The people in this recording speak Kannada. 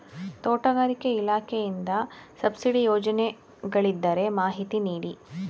ತೋಟಗಾರಿಕೆ ಇಲಾಖೆಯಿಂದ ಸಬ್ಸಿಡಿ ಯೋಜನೆಗಳಿದ್ದರೆ ಮಾಹಿತಿ ನೀಡಿ?